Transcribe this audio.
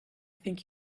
think